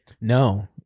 No